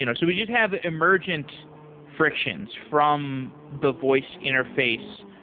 you know so we just have the emergent frictions from the voice interface.